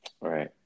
Right